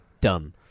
Done